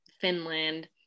finland